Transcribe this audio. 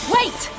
Wait